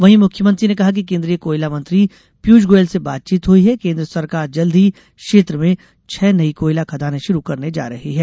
वहीं मुख्यमंत्री ने कहा कि केन्द्रीय कोयला मंत्री पीयूष गोयल से बातचीत हुई है केन्द्र सरकार जल्द ही क्षेत्र में छह नई कोयला खदाने शुरू करने जा रही है